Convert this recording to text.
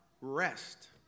rest